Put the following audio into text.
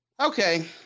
Okay